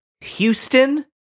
Houston